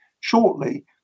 shortly